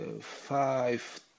five